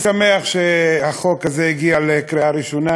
אני שמח שהחוק הזה הגיע לקריאה ראשונה.